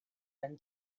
than